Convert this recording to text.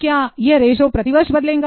या प्रतिदिन बदलेगा